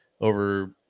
over